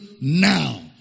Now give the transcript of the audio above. now